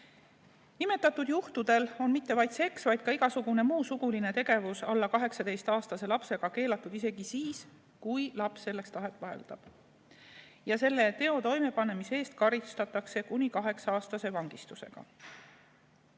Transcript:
Nimetatud juhtudel on mitte vaid seks, vaid ka igasugune muu suguline tegevus alla 18‑aastase lapsega keelatud isegi siis, kui laps selleks tahet avaldab. Selle teo toimepanemise eest karistatakse kuni kaheksa-aastase vangistusega.